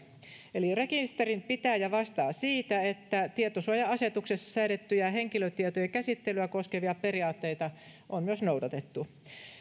eli rekisterinpitäjä vastaa siitä että tietosuoja asetuksessa säädettyjä henkilötietojen käsittelyä koskevia periaatteita on myös noudatettu